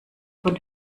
von